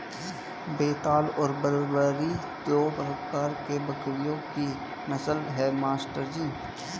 बेताल और बरबरी दो प्रकार के बकरियों की नस्ल है मास्टर जी